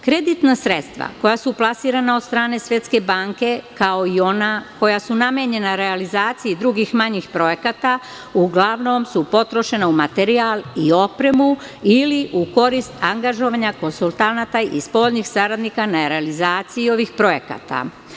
Kreditna sredstva koja su plasirana od strane Svetske banke kao i ona koja su namenjena realizaciji drugih manjih projekata uglavnom su potrošena u materijal i opremu ili u korist angažovanja konsultanata i spoljnih saradnika na realizaciji ovih projekata.